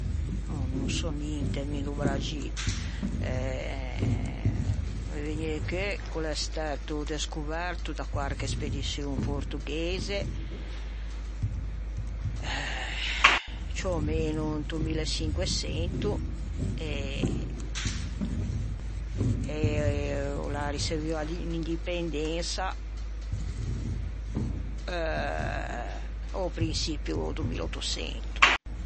no sò ninte do Braxî, eh me vëgne in cheu ch'o l'é stæto descoverto da quarche spediçion portoghise ciù o meno into milleçinquesento e o l'à riçevuo l'indipendensa a-o prinçipio du milleuttoçento